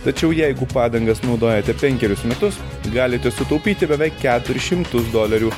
tačiau jeigu padangas naudojate penkerius metus galite sutaupyti beveik keturis šimtus dolerių